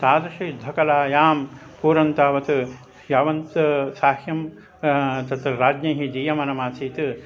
तादृशयुद्धकलायां पूर्वं तावत् यावन्तः साह्यं तत्र राज्ञैः दीयमनमासीत्